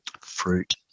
fruit